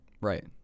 right